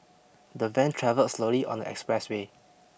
the van travelled slowly on the expressway